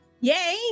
yay